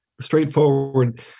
straightforward